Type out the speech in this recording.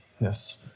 yes